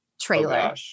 trailer